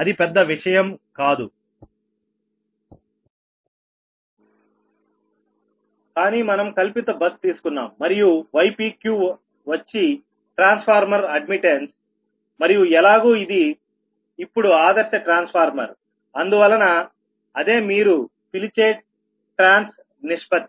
అది పెద్ద విషయం కాదుకానీ మనం కల్పిత బస్ తీసుకున్నాం మరియు ypqవచ్చి ట్రాన్స్ఫార్మర్ అడ్మిట్టన్స్ మరియు ఎలాగూ ఇది ఇప్పుడు ఆదర్శ ట్రాన్స్ఫార్మర్ అందువలన అదే మీరు పిలిచే ట్రాన్స్ నిష్పత్తి